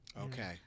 Okay